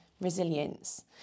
resilience